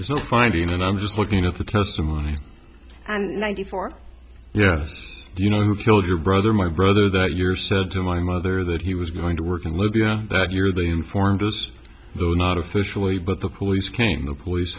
there's no finding and i'm just looking at the testimony and ninety four yes do you know who killed your brother my brother that your said to my mother that he was going to work in libya that year they informed us though not officially but the police came the police